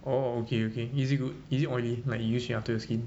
orh okay okay is it good is it oily like you use then after that your skin